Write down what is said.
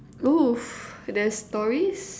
oo there's stories